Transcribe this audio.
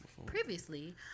Previously